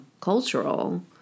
cultural